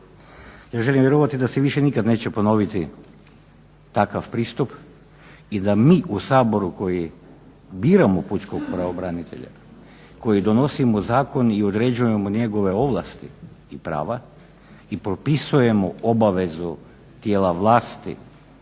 Ja želim vjerovati da se više nikada neće ponoviti takav pristup i da mi u Saboru koji biramo pučkog pravobranitelja koji donosimo zakon i određujemo njegove ovlasti i prava i propisujemo obavezu dijela vlasti